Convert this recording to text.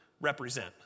represent